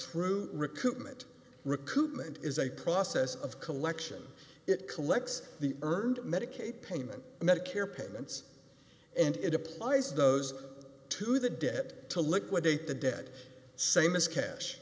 through recoupment recoupment is a process of collection it collects the earned medicaid payment medicare payments and it applies those to the debt to liquidate the dead samus cash